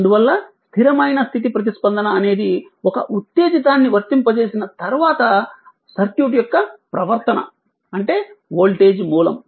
అందువల్ల స్థిరమైన స్థితి ప్రతిస్పందన అనేది ఒక ఉత్తేజితాన్ని వర్తింపజేసిన తర్వాత సర్క్యూట్ యొక్క ప్రవర్తన అంటే వోల్టేజ్ మూలం